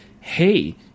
hey